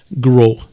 Grow